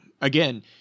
again